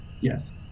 Yes